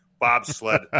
bobsled